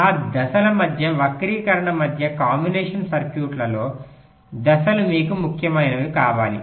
ఆ దశల మధ్య వక్రీకరణ మధ్య కాంబినేషన్ సర్క్యూట్లలో దశలు మీకు ముఖ్యమైనవి కావాలి